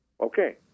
Okay